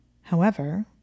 However